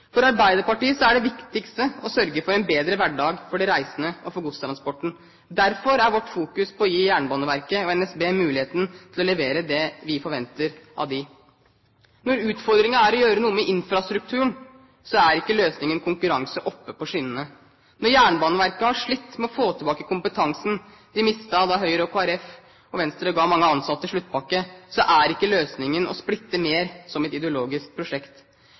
For Arbeiderpartiet er det viktigste å sørge for en bedre hverdag for de reisende og for godstransporten. Derfor er vårt fokus på å gi Jernbaneverket og NSB muligheten til å levere det vi forventer av dem. Når utfordringen er å gjøre noe med infrastrukturen, er ikke løsningen konkurranse oppe på skinnene. Når Jernbaneverket har slitt med å få tilbake kompetansen de mistet da Høyre, Kristelig Folkeparti og Venstre ga mange ansatte sluttpakker, er ikke løsningen å splitte mer, som et ideologisk prosjekt.